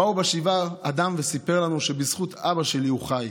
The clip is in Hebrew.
בא לשבעה אדם וסיפר לנו שבזכות אבא שלי הוא חי.